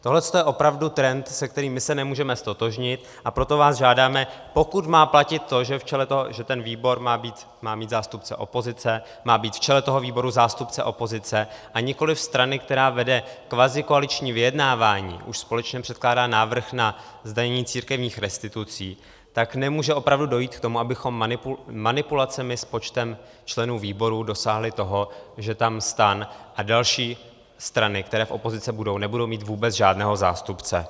Tohle je opravdu trend, se kterým my se nemůžeme ztotožnit, a proto vás žádáme, pokud má platit to, že výbor má mít zástupce opozice, má být v čele toho výboru zástupce opozice a nikoliv strany, která vede kvazikoaliční vyjednávání, už společně předkládá návrh na zdanění církevních restitucí, tak nemůže opravdu dojít k tomu, abychom manipulacemi s počtem členů výboru dosáhli toho, že tam STAN a další strany, které v opozici budou, nebudou mít vůbec žádného zástupce.